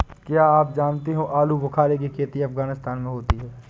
क्या आप जानते हो आलूबुखारे की खेती अफगानिस्तान में होती है